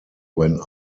when